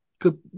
good